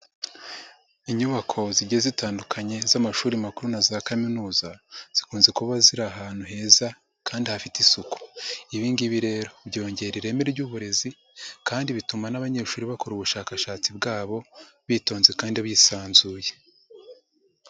Inyubako zigiye zitandukanye z'amashuri makuru na za kaminuza, zikunze kuba ziri ahantu heza kandi hafite isuku, ibingibi rero byongera ireme ry'uburezi kandi bituma n'abanyeshuri bakora ubushakashatsi bwabo bitonze kandi bisanzuye.